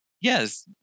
yes